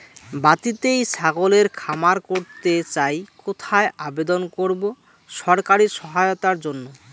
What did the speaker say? বাতিতেই ছাগলের খামার করতে চাই কোথায় আবেদন করব সরকারি সহায়তার জন্য?